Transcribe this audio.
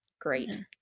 Great